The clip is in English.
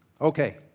Okay